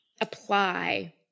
apply